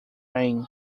rain